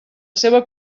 seua